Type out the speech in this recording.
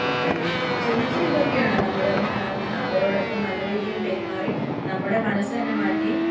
പരിഹരിച്ചതെന്ന് വെച്ചാൽ ഇതൊക്കെയാണ് നമ്മള് അവരോടൊപ്പം നല്ല രീതിയിൽ പെരുമാറി നമ്മുടെ മനസ്സ് തന്നെ മാറ്റി